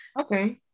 okay